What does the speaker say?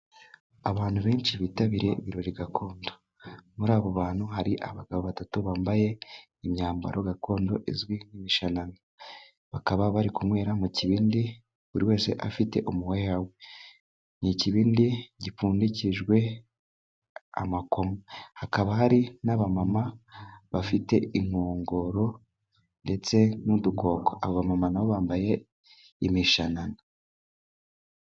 Abantu benshi bitabiriye ibirori gakondo. Muri abo bantu hari abagabo batatu bambaye imyambaro gakondo izwi nk'imishanana. Bakaba bari kunywera mu kibindi, buri wese afite umuheha we. Ni ikibindi gipfundikijwe amakoma, hakaba hari n'abamama bafite inkongoro ndetse n'udukoko. Abamama na bo bambaye imishanana.